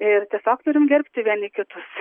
ir tiesiog turim gerbti vieni kitus